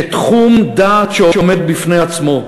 כתחום דעת שעומד בפני עצמו.